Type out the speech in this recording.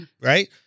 Right